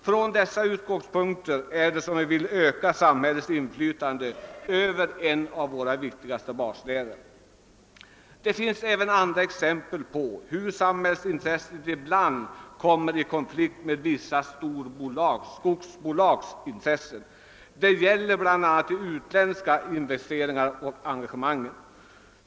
Från dessa utgångspunkter är det som vi vill öka samhällets inflytande över en av våra viktigaste basnäringar. Det finns även andra exempel på hur samhällsintresset ibland kommer i konflikt med vissa stora skogsbolags intres sen. Jag tänker på de utländska investeringarna och engagemangen.